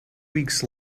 weeks